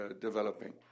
developing